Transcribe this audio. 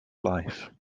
life